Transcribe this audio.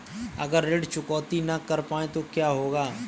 अगर ऋण चुकौती न कर पाए तो क्या होगा?